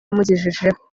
yamugejejeho